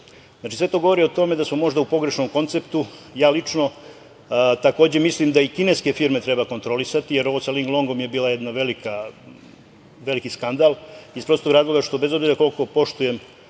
to. Znači, sve to govori o tome da smo možda u pogrešnom konceptu. Ja lično takođe mislim da i kineske firme treba kontrolisati, jer ovo sa „Linglongom“ je bio jedan veliki skandal, iz prostog razloga što, bez obzira koliko poštujem